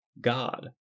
God